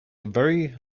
very